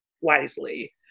Wisely